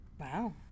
Wow